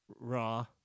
Raw